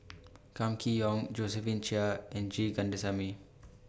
Kam Kee Yong Josephine Chia and G Kandasamy